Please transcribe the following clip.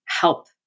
help